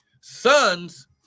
Sons